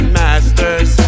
masters